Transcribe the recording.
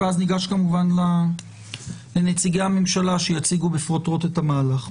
ואז ניגש כמובן לנציגי הממשלה שיציגו בפרוטרוט את המהלך.